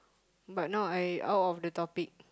but now I out of the topic